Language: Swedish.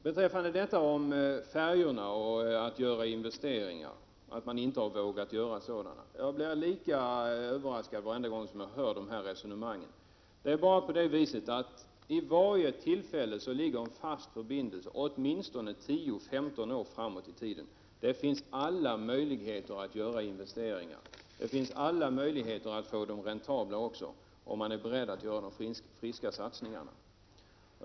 Beträffande talet om färjorna och att man inte har vågat göra några investeringar vill jag säga att jag blir lika överraskad varje gång som jag hör dessa resonemang. Vid varje tillfälle ligger en fast förbindelse åtminstone 10-15 år framåt i tiden. Det finns därför alla möjligheter att göra investeringar. Det finns alla möjligheter att få dem räntabla också, om man är beredd att göra de friska satsningarna.